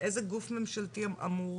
איזה גוף ממשלתי אמור